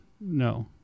No